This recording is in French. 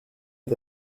est